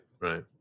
right